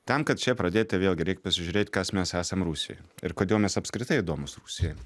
tam kad čia pradėti vėlgi reik pasižiūrėt kas mes esam rusijoj ir kodėl mes apskritai įdomūs rusijoj